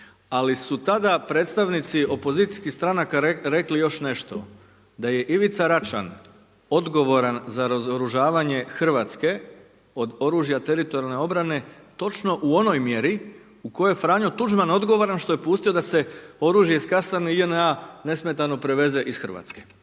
Ali su tada predstavnici opozicijskih stranaka rekli još nešto, da je Ivica Račan odgovoran za razoružavanja Hrvatske, od oružja teritorijalne obrane, točno u onoj mjeri u kojoj Franjo Tuđman odgovoran, što je pustio da se oružje iz Kasan JNA nesmetano preveze iz Hrvatske.